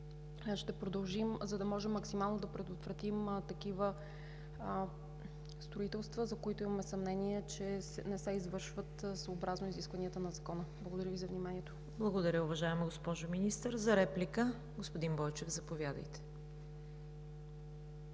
ще продължим, за да можем максимално да предотвратим такива строителства, за които имаме съмнения, че не се извършват съобразно изискванията на Закона. Благодаря Ви за вниманието. ПРЕДСЕДАТЕЛ ЦВЕТА КАРАЯНЧЕВА: Благодаря, уважаема госпожо Министър. За реплика – господин Бойчев, заповядайте.